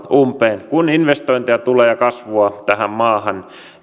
umpeen meidän valtiontalouttamme kun investointeja ja kasvua tähän maahan